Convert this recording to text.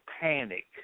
panic